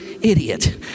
idiot